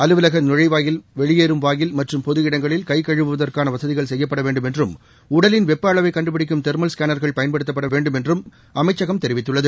அலுவலக நுழைவாயில் வெளியேறம் வாயில் மற்றும் பொது இடங்களில் கைகழுவுவதற்காள வசதிகள் செய்யப்பட வேண்டும் என்றும் உடலின் வெப்ப அளவைக் கண்டுபிடிக்கும் தெர்மல் ஸகேனர்கள் பயன்படுத்தப்பட வேண்டும் என்றும் அமைச்சகம் தெரிவித்துள்ளது